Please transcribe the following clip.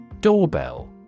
Doorbell